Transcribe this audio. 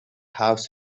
house